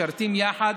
משרתים יחד,